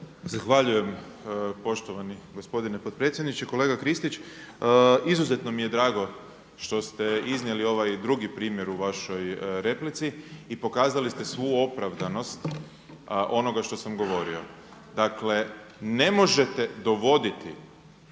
Zahvaljujem poštovani gospodine potpredsjedniče. Kolega Kristić, izuzetno mi je drago što ste iznijeli ovaj drugi primjer u vašoj replici i pokazali ste svu opravdanost onoga što sam govorio. Dakle, ne možete dovoditi